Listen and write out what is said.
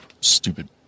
stupid